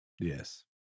yes